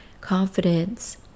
confidence